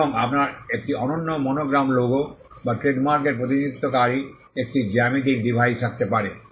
এবং আপনার একটি অনন্য মনোগ্রাম লোগো বা ট্রেডমার্কের প্রতিনিধিত্বকারী একটি জ্যামিতিক ডিভাইস থাকতে পারে